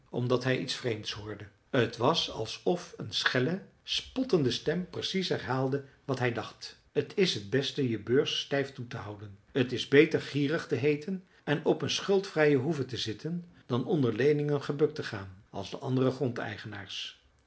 omdat hij iets vreemds hoorde t was alsof een schelle spottende stem precies herhaalde wat hij dacht t is t beste je beurs stijf toe te houden t is beter gierig te heeten en op een schuldvrije hoeve te zitten dan onder leeningen gebukt te gaan als de andere